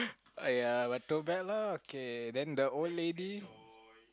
!aiya! but too bad lah okay then the old lady